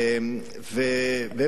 ובאמת,